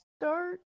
start